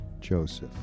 Joseph